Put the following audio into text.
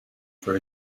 for